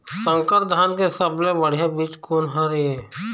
संकर धान के सबले बढ़िया बीज कोन हर ये?